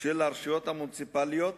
של הרשויות המוניציפליות,